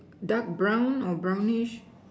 dark brown or brownish